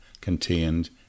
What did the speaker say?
contained